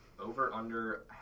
over-under